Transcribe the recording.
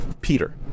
Peter